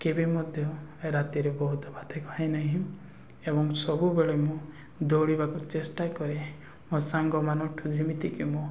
କେବେ ମଧ୍ୟ ରାତିରେ ବହୁତ ଭାତ ଖାଏ ନାହିଁ ଏବଂ ସବୁବେଳେ ମୁଁ ଦୌଡ଼ିବାକୁ ଚେଷ୍ଟା କରେ ମୋ ସାଙ୍ଗମାନଙ୍କଠୁ ଯେମିତିକି ମୁଁ